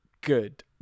good